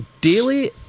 daily